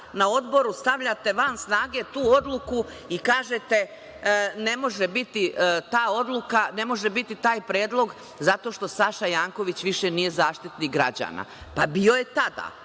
na odboru stavljate van snage tu odluku i kažete – ne može biti taj predlog zato što Saša Janković više nije Zaštitnik građana. Pa, bio je tada.